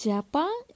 Japan